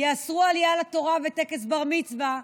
יאסרו עלייה לתורה וטקס בר-מצווה,